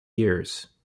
years